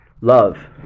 Love